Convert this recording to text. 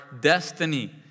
destiny